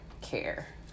care